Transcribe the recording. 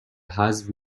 حذف